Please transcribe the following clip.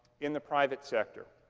in the private sector.